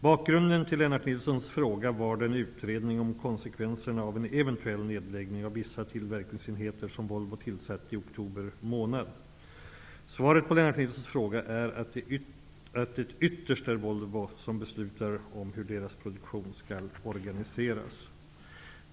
Bakgrunden till Lennart Nilssons fråga var den utredning om konsekvenserna av en eventuell nedläggning av vissa tillverkningsenheter, som Svaret på Lennart Nilssons fråga är att det ytterst är Volvo som beslutar om hur deras produktion skall organiseras.